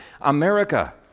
America